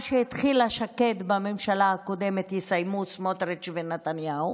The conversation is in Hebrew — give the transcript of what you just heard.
מה שהתחילה שקד בממשלה הקודמת יסיימו סמוטריץ' ונתניהו.